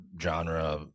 genre